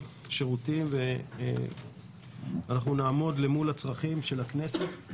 שירותיים ונעמוד אל מול הצרכים של הכנסת.